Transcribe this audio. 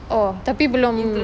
oh tapi belum